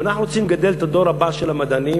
אם אנחנו רוצים לגדל את הדור הבא של המדענים